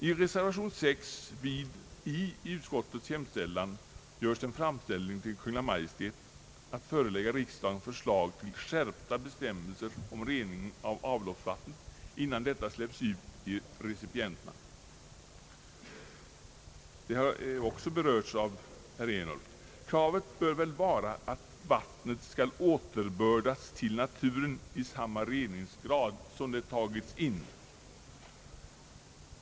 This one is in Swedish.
I reservation VI vid I i utskottets hemställan begärs en framställning till Kungl. Maj:t att förelägga riksdagen förslag till skärpta bestämmelser om rening av avloppsvatten innan detta släpps ut i recipienten. Den reservationen har också berörts av herr Ernulf. Kravet bör vara att vattnet skall återbördas till naturen med samma renhetsgrad som det hade när det togs in i vattenledningarna.